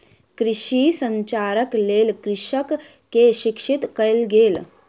कृषि संचारक लेल कृषक के शिक्षित कयल गेल